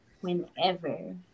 whenever